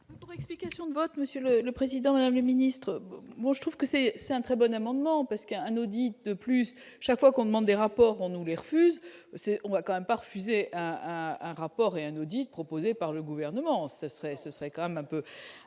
Goulet. Explications de vote Monsieur le le président, Madame le ministre, moi je trouve que c'est, c'est un très bon amendement parce qu'un audit de plus chaque fois qu'on demande des rapports, on nous les refuse, c'est on va quand même pas refuser à un rapport et un audit proposé par le gouvernement, ce serait, ce serait quand même un peu,